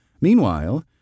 Meanwhile